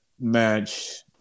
match